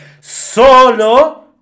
Solo